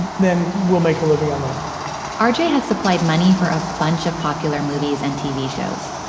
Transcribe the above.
then we'll make a living on that ah rj has supplied money for a bunch of popular movies and tv shows,